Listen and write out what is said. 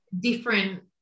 different